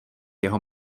jeho